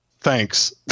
Thanks